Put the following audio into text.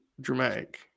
dramatic